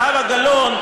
זהבה גלאון,